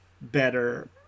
better